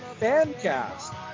Fancast